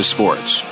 Sports